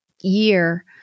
year